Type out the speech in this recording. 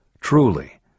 Truly